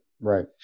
right